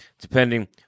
depending